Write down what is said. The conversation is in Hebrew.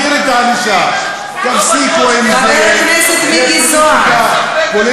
אם תהיה בכנסת הבאה או לא.